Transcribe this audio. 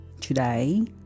Today